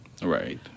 Right